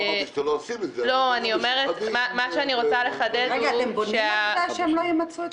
לא אמרתי שאתם לא עושים את זה --- אתם בונים על זה שהם לא ימצו את